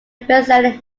brazilian